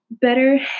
Better